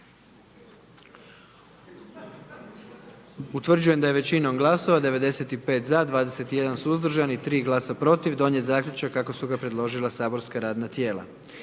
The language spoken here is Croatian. Utvrđujem da je većinom glasova 78 za i 1 suzdržan i 20 protiv donijet zaključak kako ga je predložilo matično saborsko radno tijelo.